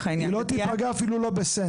העניין --- היא לא תיפגע אפילו לא בסנט.